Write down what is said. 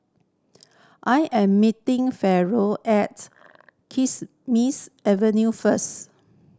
I am meeting Faron at Kismis Avenue first